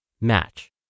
match